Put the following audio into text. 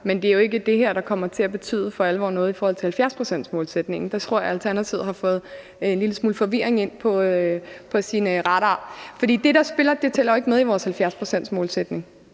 Men det er jo ikke det her, der kommer til at betyde noget for alvor i forhold til 70-procentsmålsætningen. Der tror jeg Alternativet har fået en lille smule forvirring ind på sin radar. For det, der spiller, tæller jo ikke med i vores 70-procentsmålsætning,